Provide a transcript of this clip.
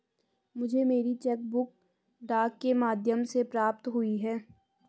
मुझे मेरी cheque book डाक के माध्यम से प्राप्त हुई है